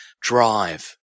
drive